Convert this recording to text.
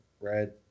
red